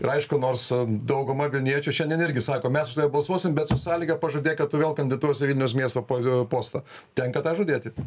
ir aišku nors dauguma vilniečių šiandien irgi sako mes už tave balsuosim bet su sąlyga pažadėk kad tu vėl kandituosi į vilniaus miesto po postą tenka tą žadėti